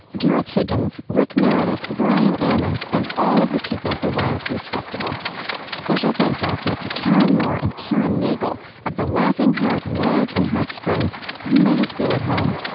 gareth higgins, rick meredith, brian ammons and all of the people at the wild goose festival special thanks also to karen moore and karen nagle of the laughing heart lodge in hot springs. you made us feel at home